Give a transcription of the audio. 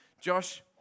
josh